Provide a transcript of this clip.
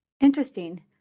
Interesting